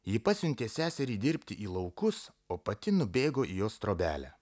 ji pasiuntė seserį dirbti į laukus o pati nubėgo į jos trobelę